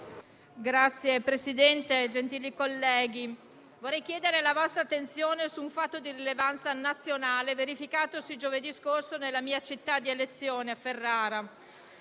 Signor Presidente, gentili colleghi, vorrei chiedere la vostra attenzione su un fatto di rilevanza nazionale verificatosi giovedì scorso nella mia città di elezione, Ferrara.